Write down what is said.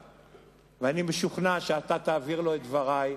אני משוכנע שאתה תעביר לו את דברי.